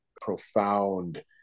profound